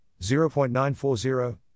0.940